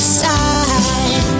side